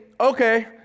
okay